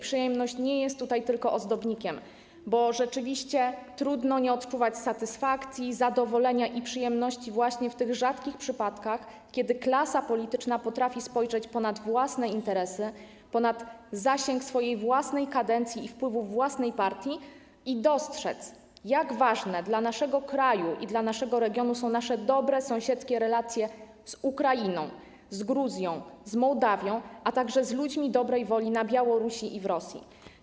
Przyjemność nie jest tutaj tylko ozdobnikiem, bo rzeczywiście trudno nie odczuwać satysfakcji, zadowolenia i przyjemności właśnie w tych rzadkich przypadkach, kiedy klasa polityczna potrafi spojrzeć ponad własne interesy, ponad okres swojej własnej kadencji i zasięg wpływów własnej partii, i dostrzec, jak ważne dla naszego kraju i dla naszego regionu są nasze dobre, sąsiedzkie relacje z Ukrainą, z Gruzją, z Mołdawią, a także z ludźmi dobrej woli na Białorusi i w Rosji.